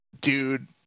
dude